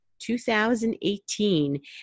2018